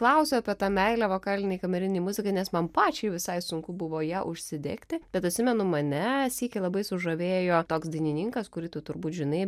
klausiu apie tą meilę vokalinei kamerinei muzikai nes man pačiai visai sunku buvo ja užsidegti bet atsimenu mane sykį labai sužavėjo toks dainininkas kurį tu turbūt žinai